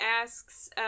asks